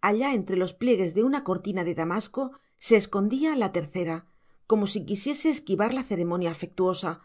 allá entre los pliegues de una cortina de damasco se escondía la tercera como si quisiese esquivar la ceremonia afectuosa